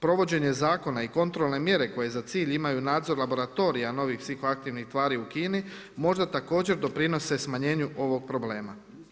Provođenje zakona i kontrolne mjere koje za cilj imaju nadzor laboratorija novih psihoaktivnih tvari u Kini možda također doprinose smanjenju ovog problema.